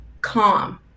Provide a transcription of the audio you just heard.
calm